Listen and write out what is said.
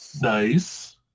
nice